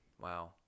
Wow